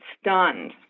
stunned